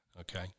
Okay